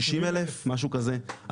60,000 משהו כזה,